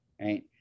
right